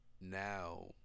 now